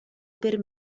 per